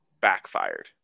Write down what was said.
backfired